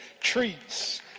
treats